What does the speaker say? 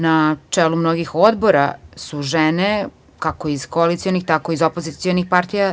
Na čelu mnogih odbora su žene, kako iz koalicionih, tako i iz opozicionih partija.